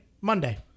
Monday